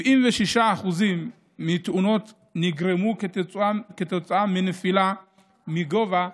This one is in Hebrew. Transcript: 76% מהתאונות נגרמו כתוצאה מנפילה מגובה